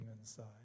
inside